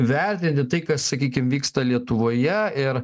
vertinti tai kas sakykim vyksta lietuvoje ir